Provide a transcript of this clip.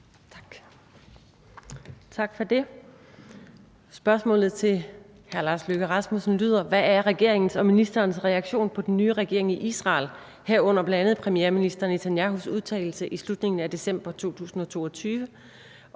Tak for det. Spørgsmålet til udenrigsministeren lyder: Hvad er regeringens og ministerens reaktion på den nye regering i Israel, herunder bl.a. premierminister Netanyahus udtalelse i slutningen af december 2022